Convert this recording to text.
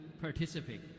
participate